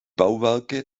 bauwerke